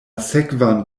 sekvan